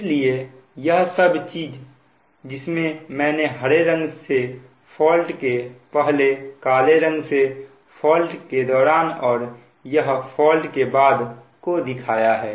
इसलिए यह सब चीज जिसमें मैंने हरे रंग से फॉल्ट के पहले काले रंग से फॉल्ट के दौरान और यह फॉल्ट के बाद को दिखाया है